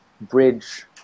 bridge